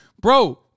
bro